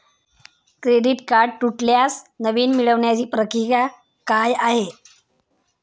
Credit card तुटल्यास नवीन मिळवण्याची प्रक्रिया काय आहे?